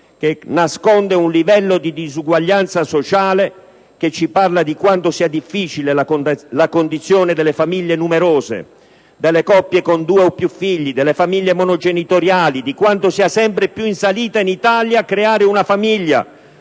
che nasconde un livello di disuguaglianza sociale che descrive quanto sia difficile la condizione delle famiglie numerose, delle coppie con due o più figli, delle famiglie monogenitoriali, di quanto sia sempre più in salita in Italia creare una famiglia,